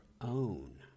own